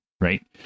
Right